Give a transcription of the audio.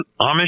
Amish